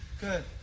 Good